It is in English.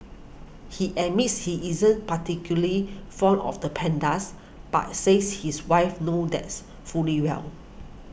he admits he isn't particularly fond of the pandas but says his wife knows that's fully well